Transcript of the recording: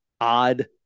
odd